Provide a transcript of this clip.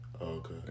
okay